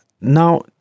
Now